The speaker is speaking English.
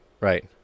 Right